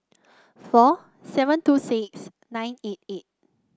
four seven two six nine eight eight